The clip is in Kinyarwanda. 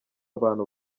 abantu